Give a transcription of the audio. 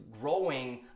growing